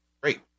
great